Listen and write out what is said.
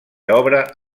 obre